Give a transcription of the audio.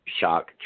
shock